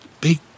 big